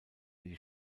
die